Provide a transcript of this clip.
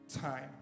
time